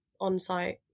on-site